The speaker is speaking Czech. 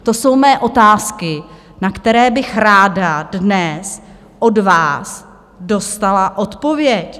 To jsou mé otázky, na které bych ráda dnes od vás dostala odpověď.